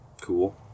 Cool